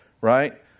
Right